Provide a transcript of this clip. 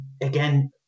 again